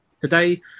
Today